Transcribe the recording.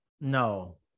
No